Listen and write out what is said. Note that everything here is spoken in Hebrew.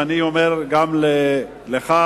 ואני אומר גם לך,